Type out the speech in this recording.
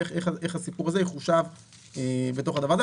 איך הסיפור הזה יחושב בתוך הדבר הזה.